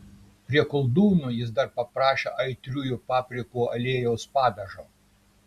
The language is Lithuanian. prie koldūnų jis dar paprašė aitriųjų paprikų aliejaus padažo